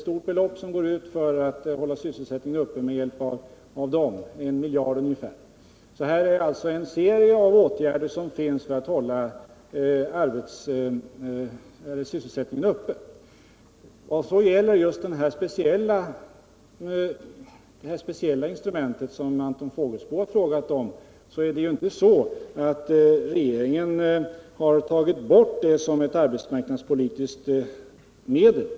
Stora belopp går ut för att hålla sysselsättningen uppe med hjälp av dem — I miljard kronor ungefär. En serie av åtgärder har alltså vidtagits med tanke på Just detta speciella instrument som Anton Fågelsbo har frågat om har regeringen inte tagit bort såsom ett arbetsmarknadspolitiskt medel.